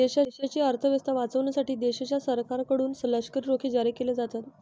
देशाची अर्थ व्यवस्था वाचवण्यासाठी देशाच्या सरकारकडून लष्करी रोखे जारी केले जातात